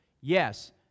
Yes